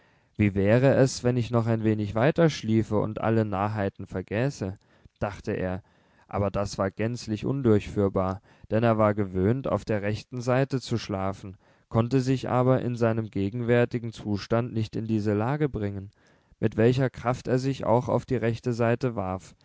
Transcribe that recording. wie wäre es wenn ich noch ein wenig weiterschliefe und alle narrheiten vergäße dachte er aber das war gänzlich undurchführbar denn er war gewöhnt auf der rechten seite zu schlafen konnte sich aber in seinem gegenwärtigen zustand nicht in diese lage bringen mit welcher kraft er sich auch auf die rechte seite warf